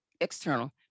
external